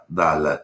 dal